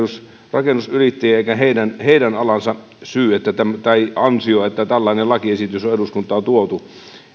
rakennusyrittäjien eikä heidän heidän alansa syy tai ansio että tällainen lakiesitys on eduskuntaan tuotu